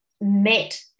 met